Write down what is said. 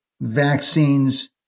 vaccines